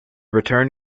return